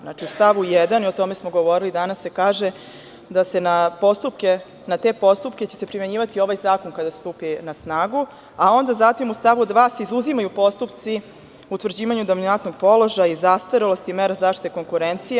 Znači, u stavu 1, o tome smo govorili danas se kaže – da će se na te postupke primenjivati ovaj zakon kada stupi na snagu, a onda zatim u stavu 2. se izuzimaju postupci utvrđivanju dominantnog položaja i zastarelosti i mere zaštite konkurencije.